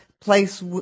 place